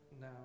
now